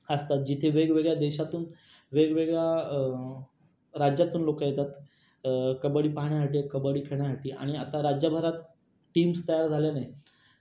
आसतात जिथे वेगवेगळ्या देशातून वेगवेगळ्या राज्यातून लोकं येतात कबड्डी पाहण्यासाठी कबड्डी खेळण्यासाठी आणि आता राज्यभरात टीम्स तयार झाल्याने